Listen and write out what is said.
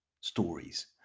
stories